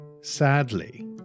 Sadly